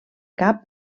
cap